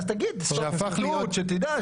אז תגיד, סוף ציטוט, שנדע.